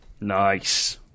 Nice